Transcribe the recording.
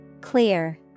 Clear